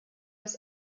aus